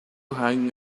hanging